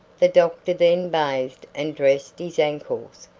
the doctor then bathed and dressed his ankles,